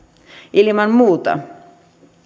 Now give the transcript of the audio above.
ilman muuta